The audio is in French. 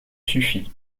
suffit